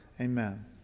amen